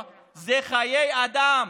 אלה חיי אדם,